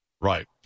Right